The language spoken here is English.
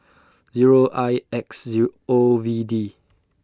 Zero I X Zero O V D